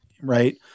right